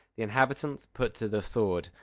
the inhabitants put to the sword,